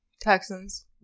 Texans